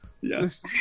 yes